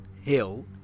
hill